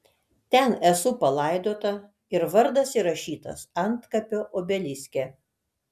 ten esu palaidota ir vardas įrašytas antkapio obeliske